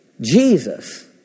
Jesus